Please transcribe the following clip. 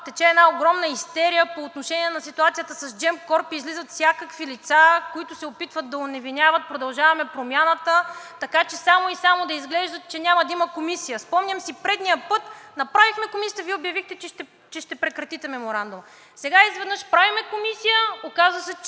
тече една огромна истерия по отношение на ситуацията с Gemcorp. Излизат всякакви лица, които се опитват да оневиняват „Продължаваме Промяната“, така че само и само да изглежда, че няма да има комисия. Спомням си предния път – направихме комисията и Вие обявихте, че ще прекратите Меморандума, сега изведнъж правим комисия, оказа се,